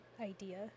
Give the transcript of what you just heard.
idea